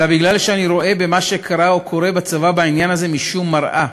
אלא בגלל שאני רואה במה שקרה או קורה בצבא בעניין הזה משום מראה,